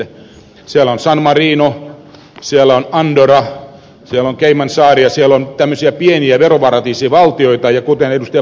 siellä on san marino siellä on andorra siellä on caymansaaret ja siellä on tämmöisiä pieniä veroparatiisivaltioita ja kuten ed